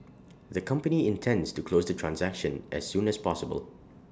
the company intends to close the transaction as soon as possible